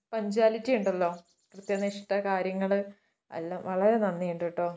punctuality ഉണ്ടല്ലോ കൃത്യനിഷ്ഠ കാര്യങ്ങൾ എല്ലാം വളരെ നന്ദി ഉണ്ട് കേട്ടോ